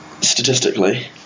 statistically